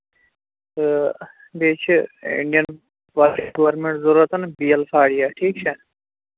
تہٕ بیٚیہِ چھِ اِنڈین گورمینٹ ضوٚرَتھ بیل فاڑیا ٹھیٖک چھا